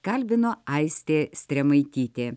kalbino aistė stremaitytė